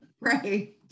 right